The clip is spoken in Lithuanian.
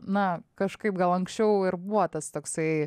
na kažkaip gal anksčiau ir buvo tas toksai